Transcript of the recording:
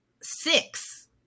six